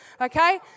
okay